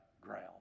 ground